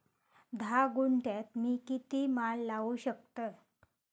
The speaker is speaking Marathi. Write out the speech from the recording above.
धा गुंठयात मी किती माड लावू शकतय?